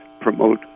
promote